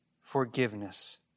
Forgiveness